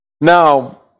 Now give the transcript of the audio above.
Now